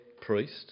priest